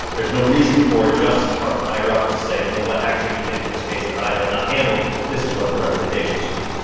there's no reason for justice department higher-ups to say, you know what? actually, we think, in this case that i have not handled, this is what the recommendation should be.